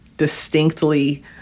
Distinctly